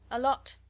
a lot,